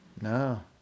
no